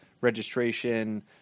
registration